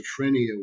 schizophrenia